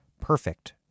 perfect